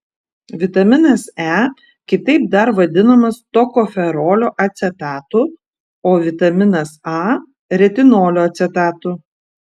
vitaminas e kitaip dar vadinamas tokoferolio acetatu o vitaminas a retinolio acetatu